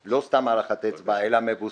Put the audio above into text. היה טריוויאלי שהדברים האלה יקבלו ביטוי.